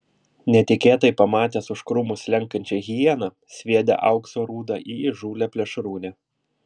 netikėtai pamatęs už krūmų slenkančią hieną sviedė aukso rūdą į įžūlią plėšrūnę